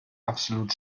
absolut